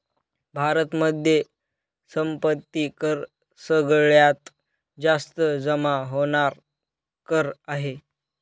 भारतामध्ये संपत्ती कर सगळ्यात जास्त जमा होणार कर आहे